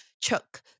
chuck